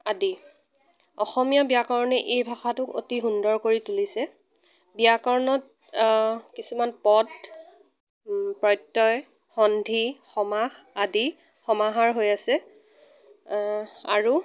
আদি অসমীয়া ব্যাকৰণে এই ভাষাটোক অতি সুন্দৰ কৰি তুলিছে ব্যাকৰণত কিছুমান পদ প্ৰত্যয় সন্ধি সমাস আদি সমাহাৰ হৈ আছে আৰু